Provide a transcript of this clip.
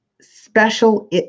special